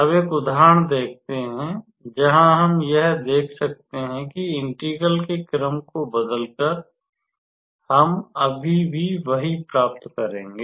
अब एक उदाहरण देखते हैं जहाँ हम यह देख सकते हैं कि इंटीग्रल के क्रम को बदलकर हम अभी भी वही उत्तर प्राप्त करेंगे